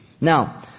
Now